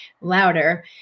louder